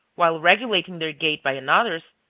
while regulating their gait by another's,